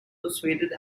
persuaded